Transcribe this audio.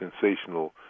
sensational